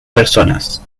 personas